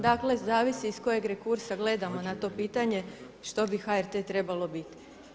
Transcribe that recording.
Dakle, zavisi iz kojeg rekursa gledamo na to pitanje što bi HRT-e trebalo biti.